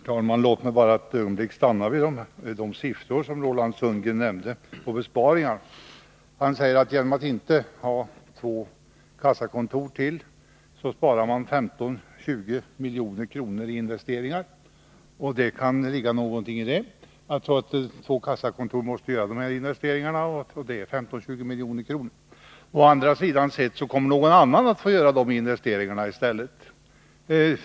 Herr talman! Låt mig bara ett ögonblick stanna vid de siffror som Roland Sundgren nämnde i fråga om besparingarna. Han sade att man genom att ta bort två kassakontor sparar 15-20 milj.kr. i investeringar. Det kan ligga någonting i det — om man har dessa två kassakontor måste investeringarna på 15-20 milj.kr. göras. Å andra sidan kommer nu någon annan att få göra dessa investeringar i stället.